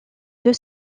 deux